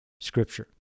scripture